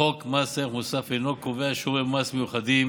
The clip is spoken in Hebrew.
חוק מס ערך מוסף אינו קובע שיעורי מס מיוחדים